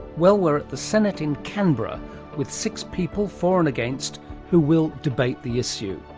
well we're at the senate in canberra with six people for and against who will debate the issue.